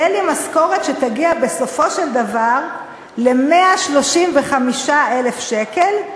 תהיה לי משכורת שתגיע בסופו של דבר ל-135,000 שקל,